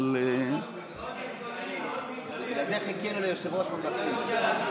אבל --- בגלל זה חיכינו ליושב-ראש ממלכתי.